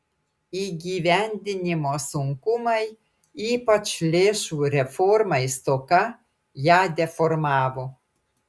įgyvendinimo sunkumai ypač lėšų reformai stoka ją deformavo